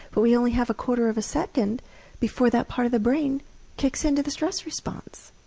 but we only have a quarter of a second before that part of the brain kicks into the stress response.